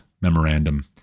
Memorandum